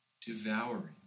devouring